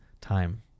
time